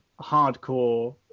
hardcore